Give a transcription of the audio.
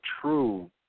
true